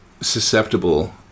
susceptible